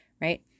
right